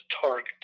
target